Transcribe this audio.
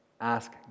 ask